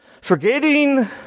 forgetting